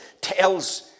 tells